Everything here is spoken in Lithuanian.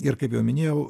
ir kaip jau minėjau